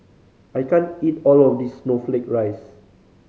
I can't eat all of this snowflake ice